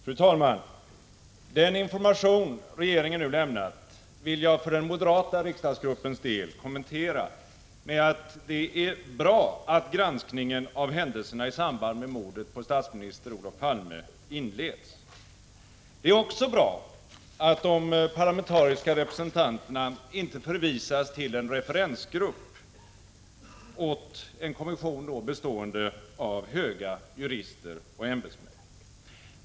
Fru talman! Den information regeringen nu har lämnat vill jag för den moderata riksdagsgruppens del kommentera med att det är bra att granskningen av händelserna i samband med mordet på statsminister Olof Palme inleds. Det är också bra att de parlamentariska representanterna inte förvisas till en referensgrupp åt en kommission bestående av höga jurister och ämbetsmän.